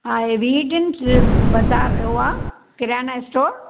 हा इहे वी ईडन बाज़ार जो आहे किराना स्टोर